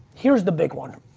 here's the big one.